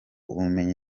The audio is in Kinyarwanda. ubumenyi